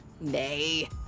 Nay